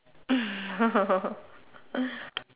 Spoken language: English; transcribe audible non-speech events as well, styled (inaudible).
(laughs)